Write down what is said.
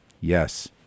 Yes